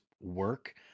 work